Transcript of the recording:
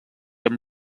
amb